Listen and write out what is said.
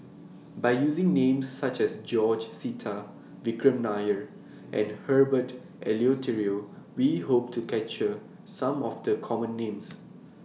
By using Names such as George Sita Vikram Nair and Herbert Eleuterio We Hope to capture Some of The Common Names